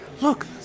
Look